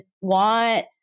want